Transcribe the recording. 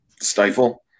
Stifle